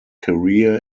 career